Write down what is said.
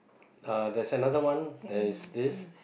uh there's another one there is this